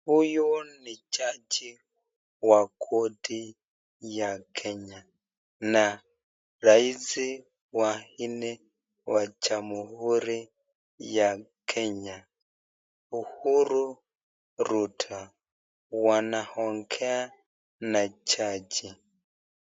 Huyu ni jaji ya koti ya Kenya, na rais wa nne wa jamhuri ya Kenya, Uhuru Ruto, wanaongea na jaji.